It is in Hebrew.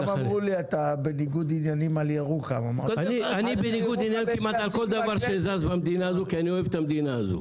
אני בניגוד עניינים לגבי כל דבר שזז במדינה כי אני אוהב אותה.